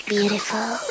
Beautiful